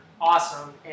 awesome